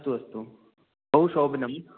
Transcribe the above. अस्तु अस्तु बहुशोभनम्